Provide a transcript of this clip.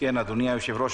אדוני היושב-ראש,